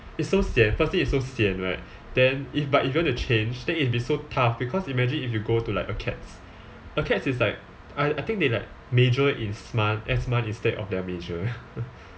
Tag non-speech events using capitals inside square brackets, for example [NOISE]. it's so sian firstly it's so sian right then if but if you want to change then it would be so tough because imagine if you go to like acads acads is like I I think they like major in instead of their major eh [LAUGHS]